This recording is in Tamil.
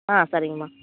ஆ சரிங்கம்மா